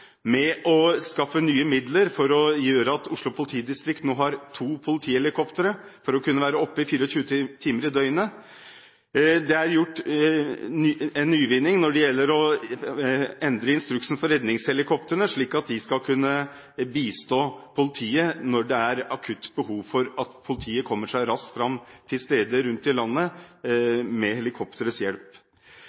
med helikopterberedskapen på Rygge, som skal kunne frakte bl.a. beredskapstroppen, og for å skaffe nye midler for å gjøre at Oslo politidistrikt nå har to politihelikoptre for å kunne være operative 24 timer i døgnet. Det er kommet en nyvinning om å endre instruksen for redningshelikoptrene, slik at de skal kunne bistå politiet når det er akutt behov for politiet å komme seg raskt fram rundt om i landet med helikopterets hjelp.